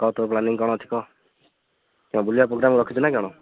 କହ ତୋ ପ୍ଳାନିଙ୍ଗ୍ କଣ ଅଛି କହ ବୁଲିବା ପୋଗ୍ରାମ୍ ରଖିଛୁ ନା କଣ